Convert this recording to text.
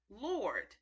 Lord